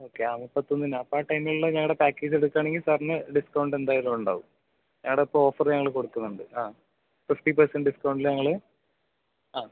okay ആ മുപ്പത്തൊന്നിനാണ് ആ ടൈമിലുള്ള ഞങ്ങളുടെ പാക്കേജ് എടുക്കുവാണെങ്കിൽ സാറിന് ഡിസ്കൗണ്ട് എന്തായാലും ഉണ്ടാവും ഞങ്ങളുടെ ഇപ്പോൾ ഓഫർ ഞങ്ങൾ കൊടുക്കുന്നുണ്ട് ആ ഫിഫ്റ്റി പെർസെന്റ് ഡിസ്കൗണ്ടിൽ ഞങ്ങൾ ആ